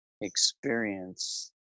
experience